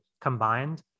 combined